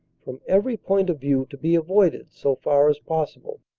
from every point of view to be avoided so far as possible.